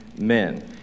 men